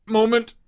moment